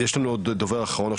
יש לנו דובר אחרון,